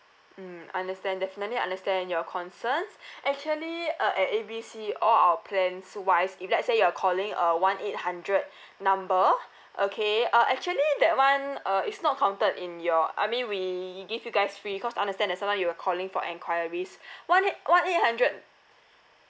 mm understand definitely understand your concerns actually uh at A B C all our plans wise if let's say you are calling a one eight hundred number okay uh actually that one uh is not counted in your I mean we give you guys free cause understand that sometimes you are calling for enquiries one eight one eight hundred